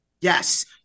Yes